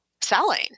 selling